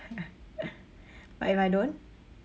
but if I don't